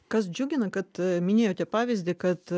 kas džiugina kad minėjote pavyzdį kad